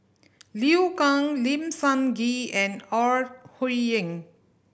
Liu Kang Lim Sun Gee and Ore Huiying